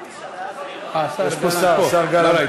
אה, השר גלנט פה.